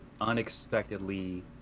unexpectedly